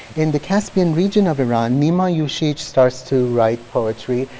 in the caspian region of iran, nima yushij starts to write poetry,